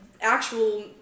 actual